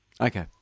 okay